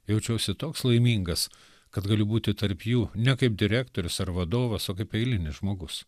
jaučiausi toks laimingas kad galiu būti tarp jų ne kaip direktorius ar vadovas o kaip eilinis žmogus